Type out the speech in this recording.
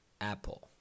Apple